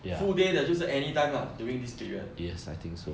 the full day 的就是 anytime lah during this period